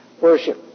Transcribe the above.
worship